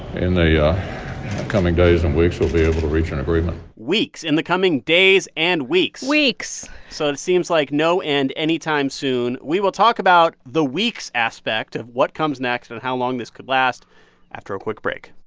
in the yeah coming days and weeks, we'll be able to reach an and agreement weeks in the coming days and weeks weeks so it seems like no end anytime soon. we will talk about the weeks aspect of what comes next and how long this could last after a quick break